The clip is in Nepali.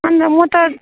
अनि त म त